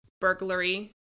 burglary